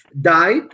died